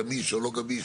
גמיש או לא גמיש.